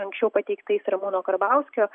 anksčiau pateiktais ramūno karbauskio